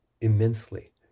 immensely